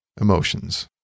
emotions